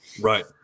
right